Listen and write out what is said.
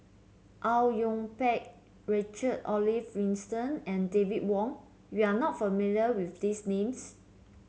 Au Yue Pak Richard Olaf Winstedt and David Wong you are not familiar with these names